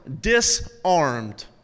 disarmed